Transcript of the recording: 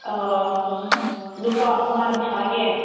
ꯑꯥ ꯅꯨꯄꯥ ꯑꯃ ꯊꯥꯒꯦ